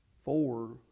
four